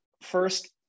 first